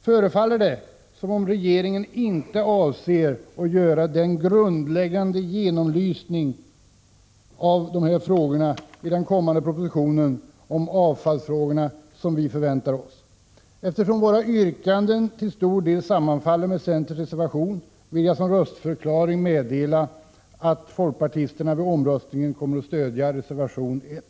förefaller det mig som om regeringen inte avsett att göra den grundläggande genomlysning av dessa frågor i den kommande propositionen om avfallsfrågorna som vi förväntat oss. Eftersom våra yrkanden till stor del sammanfaller med centerns reservation vill jag som röstförklaring meddela att folkpartisterna vid omröstningen kommer att stödja reservation 1.